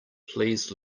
please